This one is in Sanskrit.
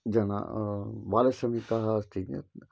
जनाः बालश्रमिकाः अस्ति चेत्